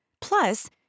Plus